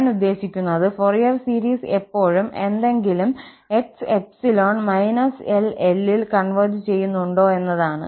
ഞാൻ ഉദ്ദേശിക്കുന്നത് Fourier series എപ്പോഴും ഏതെങ്കിലും x ∈ −L Lൽ കൺവെർജ് ചെയ്യുന്നുണ്ടോ എന്നതാണ്